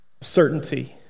Certainty